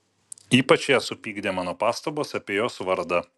ypač ją supykdė mano pastabos apie jos vardą